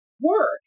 work